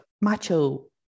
macho